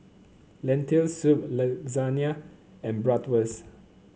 Lentil Soup Lasagne and Bratwurst